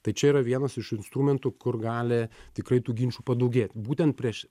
tai čia yra vienas iš instrumentų kur gali tikrai tų ginčų padaugėt būtent prieš